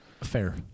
Fair